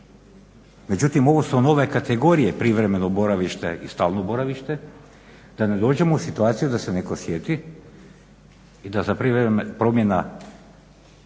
međutim ovo su nove kategorije privremeno boravište i stalno boravište da ne dođemo u situaciju da se netko sjeti i da promjena